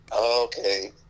okay